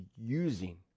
using